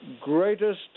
greatest